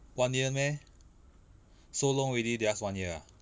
one year meh so long already just one year ah